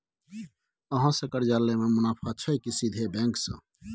अहाँ से कर्जा लय में मुनाफा छै की सीधे बैंक से?